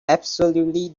absolutely